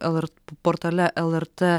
lr portale lrt